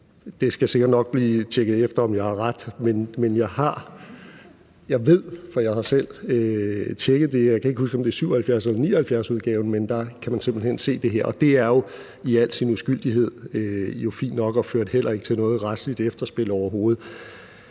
Det skal sikkert nok blive tjekket efter, om jeg har ret, men jeg ved det, for jeg har selv tjekket det, og jeg kan så ikke huske om det er 77- eller 79-udgaven. Men der kan man simpelt hen se det her, og det er jo i al sin uskyldighed fint nok og førte heller ikke til noget retsligt efterspil overhovedet.